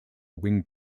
wing